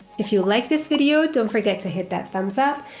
if you liked this video, don't forget to hit that thumbs up.